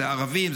זה ערבים,